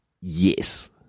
Yes